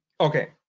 Okay